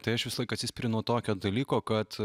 tai aš visąlaik atsispiri nuo tokio dalyko kad